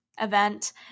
event